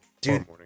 dude